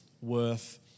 worth